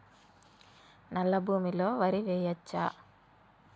నల్లా భూమి లో వరి వేయచ్చా?